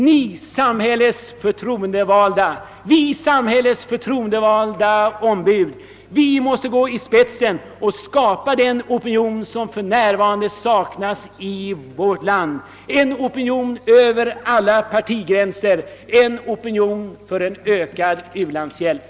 Vi samhällets förtroendevalda ombud måste gå i spetsen och skapa den opinion som för närvarande saknas i vårt land — en opinion över alla partigränser, en opinion för ökad u-landshjälp.